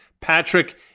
Patrick